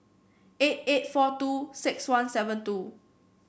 eight eight four two six one seven two